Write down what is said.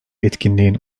etkinliğin